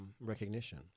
recognition